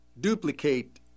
duplicate